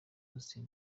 austin